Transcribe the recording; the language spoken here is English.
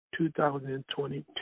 2022